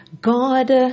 God